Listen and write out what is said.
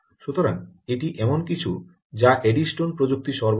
সুতরাং এটি এমন কিছু যা এডিস্টোন প্রযুক্তি সরবরাহ করে